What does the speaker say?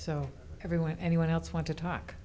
so everyone anyone else want to talk